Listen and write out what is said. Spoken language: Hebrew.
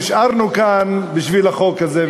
נשארנו בשביל החוק הזה,